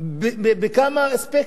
בכמה אספקטים,